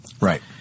Right